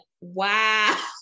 wow